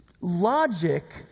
logic